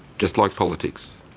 just like politics,